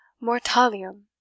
mortalium